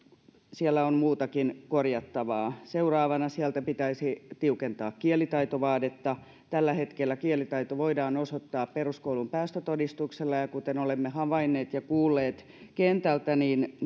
siellä on muutakin korjattavaa seuraavana sieltä pitäisi tiukentaa kielitaitovaadetta tällä hetkellä kielitaito voidaan osoittaa peruskoulun päästötodistuksella ja ja kuten olemme havainneet ja kuulleet kentältä